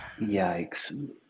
Yikes